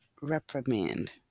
reprimand